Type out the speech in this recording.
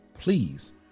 Please